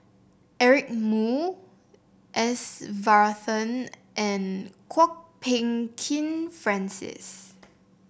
Eric Moo S Varathan and Kwok Peng Kin Francis